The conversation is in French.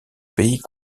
pays